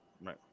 Right